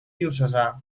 diocesà